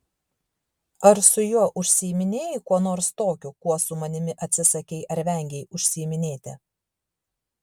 ar su juo užsiiminėjai kuo nors tokiu kuo su manimi atsisakei ar vengei užsiiminėti